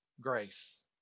grace